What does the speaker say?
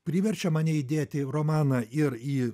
priverčia mane įdėti į romaną ir į